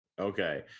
Okay